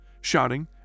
shouting